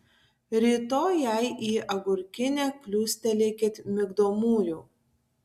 rytoj jai į agurkinę kliūstelėkit migdomųjų